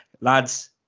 Lads